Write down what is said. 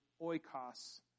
oikos